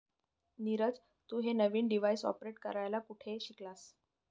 नीरज, तू हे नवीन डिव्हाइस ऑपरेट करायला कुठे शिकलास?